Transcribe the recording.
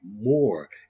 more